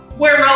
where i'm